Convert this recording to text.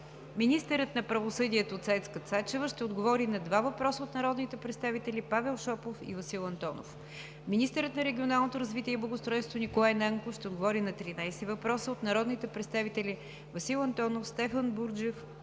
Министърът на правосъдието Цецка Цачева ще отговори на два въпроса от народните представители Павел Шопов и Васил Антонов. 4. Министърът на регионалното развитие и благоустройството Николай Нанков ще отговори на тринадесет въпроса от народните представители: Васил Антонов, Стефан Бурджев